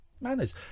manners